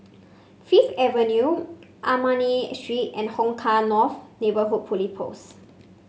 Fifth Avenue Armani Street and Hong Kah North Neighbourhood Police Post